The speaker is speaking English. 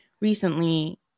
recently